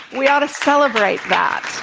we ought to celebrate that.